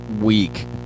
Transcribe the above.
week